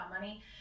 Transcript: money